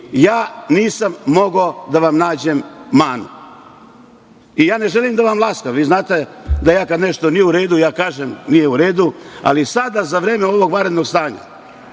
ja nisam mogao da vam nađem manu. Ja ne želim da vam laskam. Vi znate, da ja kada nešto nije u redu, ja kažem nije u redu, ali sada za vreme ovog vanrednog stanja,